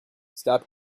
stop